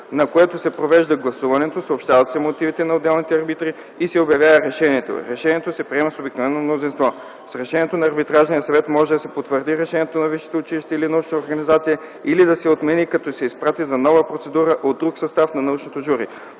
на което се провежда гласуването, съобщават се мотивите на отделните арбитри и се обявява решението. Решението се приема с обикновено мнозинство. (4) С решението на Арбитражния съвет може да се потвърди решението на висшето училище или научната организация или да се отмени като се изпрати за нова процедура от друг състав на научното жури.